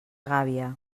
gàbia